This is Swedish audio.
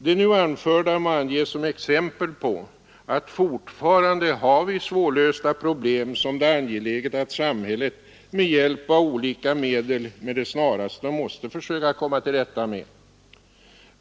Det nu anförda må anges som exempel på att fortfarande har vi svårlösta problem som det är angeläget att samhället med hjälp av olika medel med det snaraste måste försöka komma till rätta med.